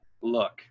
look